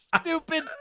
stupid